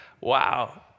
Wow